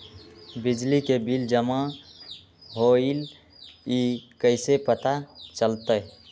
बिजली के बिल जमा होईल ई कैसे पता चलतै?